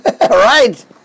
right